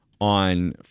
on